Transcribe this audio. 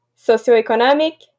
Socioeconomic